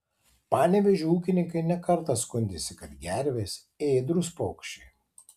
panevėžio ūkininkai ne kartą skundėsi kad gervės ėdrūs paukščiai